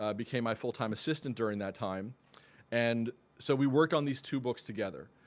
ah became my full-time assistant during that time and so we worked on these two books together.